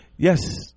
Yes